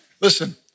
Listen